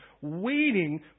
waiting